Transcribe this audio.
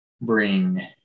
bring